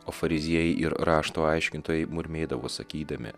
o fariziejai ir rašto aiškintojai murmėdavo sakydami